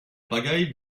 pagaille